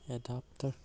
adapter